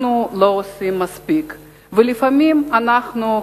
אנחנו לא עושים מספיק ולפעמים אנחנו,